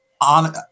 on